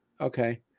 Okay